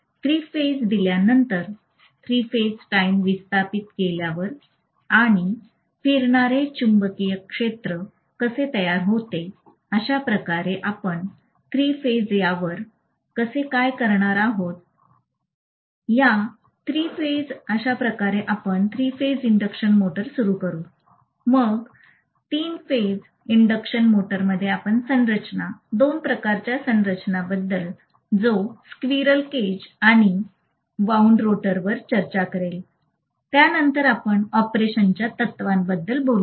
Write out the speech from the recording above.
three phase दिल्यानंतर three phase time विस्थापित केल्यावर आणि फिरणारे चुंबकीय क्षेत्र कसे तयार होते अश्या प्रकारे आपण थ्री फेज यावर आपण कसे काय करणार आहोत अशा प्रकारे आपण तीन फेज इंडक्शन मोटर सुरू करू मग तीन फेज इंडक्शन मोटरमध्येच आपण बांधकाम दोन प्रकारच्या बांधकामाबद्दल जो गिलहरी पिंजरा आणि वाऊंड रोटर वर चर्चा करेल त्यानंतर आपण ऑपरेशनच्या तत्त्वाबद्दल बोलू